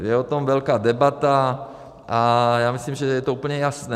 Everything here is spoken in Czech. Je o tom velká debata a já myslím, že je to úplně jasné.